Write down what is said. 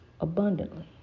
abundantly